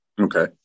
okay